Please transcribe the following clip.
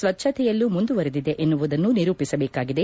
ಸ್ವಜ್ಞತೆಯಲ್ಲೂ ಮುಂದುವರೆದಿದೆ ಎನ್ನುವುದನ್ನು ನಿರೂಪಿಸಬೇಕಾಗಿದೆ